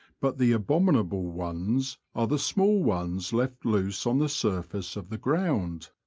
but the abominable ones are the small ones left loose on the surface of the ground.